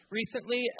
recently